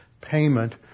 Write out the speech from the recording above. payment